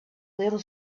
little